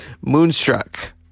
Moonstruck